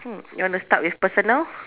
hmm you want to start with personal